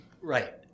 Right